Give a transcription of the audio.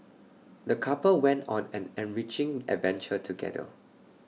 the couple went on an enriching adventure together